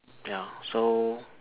ya so